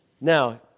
Now